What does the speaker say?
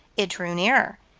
it drew nearer.